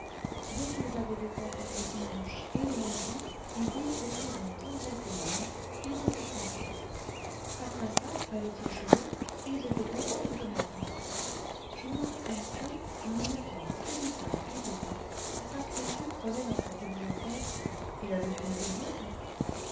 dès qu'ils avaient de quoi faire le dimanche et le lundi et vivre au courant tant bien que mal ils étaient contents après ça fallait-il chômer ils étaient contents tout de même je me rappelle que quand nous n'avions que du pain et de l'eau papa crétu prenait dans sa bibliothèque il avait une bibliothèque